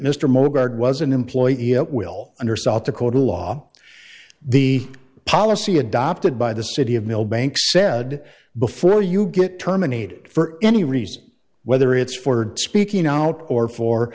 moberg was an employee at will under south dakota law the policy adopted by the city of millbank said before you get terminated for any reason whether it's forward speaking out or for